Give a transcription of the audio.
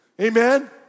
Amen